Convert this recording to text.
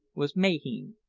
was mahine.